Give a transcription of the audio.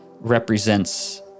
represents